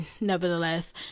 nevertheless